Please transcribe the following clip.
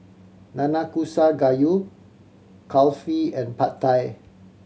Nanakusa Gayu Kulfi and Pad Thai